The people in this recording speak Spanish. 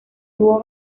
dúo